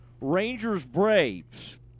Rangers-Braves